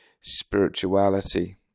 spirituality